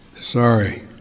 Sorry